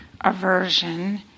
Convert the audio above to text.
aversion